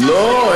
לא,